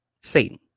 Satan